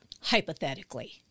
hypothetically